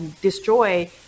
destroy